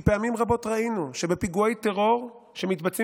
כי פעמים רבות ראינו שבפיגועי טרור שמתבצעים